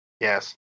Yes